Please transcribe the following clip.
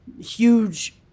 huge